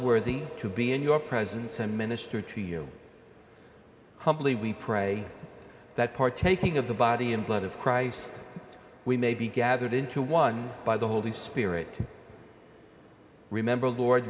worthy to be in your presence and minister to you humbly we pray that partaking of the body and blood of christ we may be gathered into one by the holy spirit to remember lord